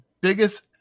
biggest